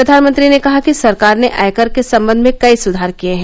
प्रधानमंत्री ने कहा कि सरकार ने आयकर के संबंध में कई सुधार किये हैं